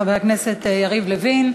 חבר הכנסת יריב לוין.